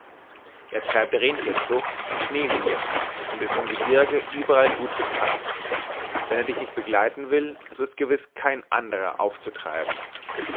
er treibt renntierzucht und schneehuhnjagd und ist im gebirge überall gut bekannt wenn er dich nicht begleiten will so ist gewiß kein andrer aufzutreiben